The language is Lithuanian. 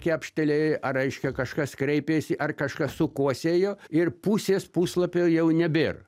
kepštelėjo ar reiškia kažkas kreipėsi ar kažkas sukosėjo ir pusės puslapio jau nebėra